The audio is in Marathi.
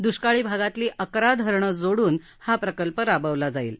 दुष्काळी भागातली अकरा धरणं जोडून हा प्रकल्प राबवला जाईल